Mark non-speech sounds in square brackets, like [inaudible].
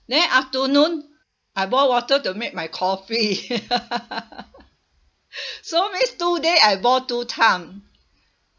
then afternoon I boil water to make my coffee [laughs] [breath] so means two day I boil two time